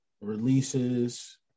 releases